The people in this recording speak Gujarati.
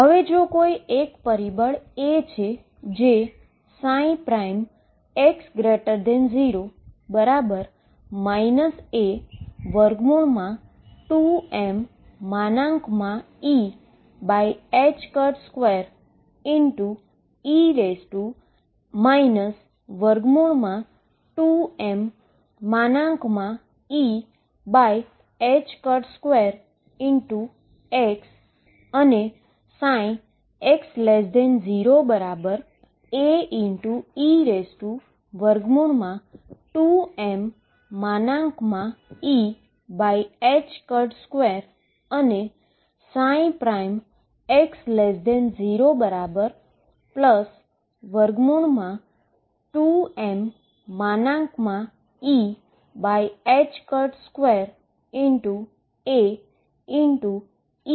હવે જો કોઈ એક પરિબળ A છે જે x0 A2mE2e 2mE2x અને x0Ae2mE2x અને x02mE2Ae2mE2x છે